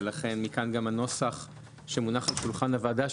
ולכן מכאן גם הנוסח שמונח על שולחן הוועדה,